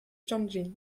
tianjin